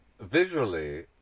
visually